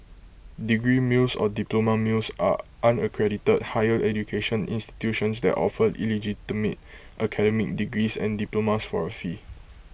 degree mills or diploma mills are unaccredited higher education institutions that offer illegitimate academic degrees and diplomas for A fee